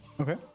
Okay